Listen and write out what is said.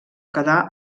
quedar